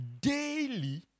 daily